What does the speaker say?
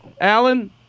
Alan